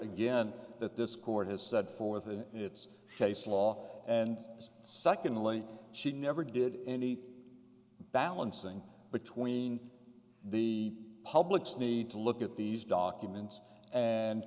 again that this court has set forth and it's case law and secondly she never did anything balancing between the public's need to look at these documents and